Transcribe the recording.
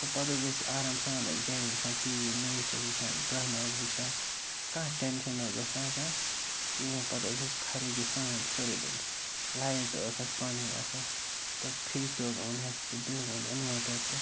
تہٕ پَتہٕ حظ ٲسۍ آرام سان أسۍ گَرِ وٕچھان ٹی وی میچ ٲسۍ وٕچھان ڈرٛاما ٲسۍ وٕچھان کانٛہہ ٹٮ۪نشَن حظ اوس نہٕ آسان کِہیٖنۍ پَتہٕ اوس اَسہِ فارٲکی سان سورُے ٹٮ۪نشَن لایِٹ تہٕ ٲس اَسہِ پَنٕنۍ آسان تہٕ فرٛج تہٕ حظ اوٚن اَسہِ تہٕ بیٚیہِ حظ اوٚن اِنوٲٹَر تہٕ